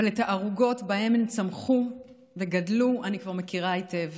אבל את הערוגות שבהן הם גדלו וצמחו אני כבר מכירה היטב.